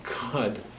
God